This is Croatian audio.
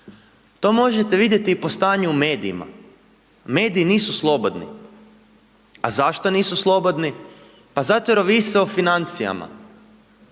To možete vidjeti i po stanju u medijima, mediji nisu slobodni. A zašto nisu slobodni? Pa zato jer ovise o financijama,